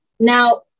Now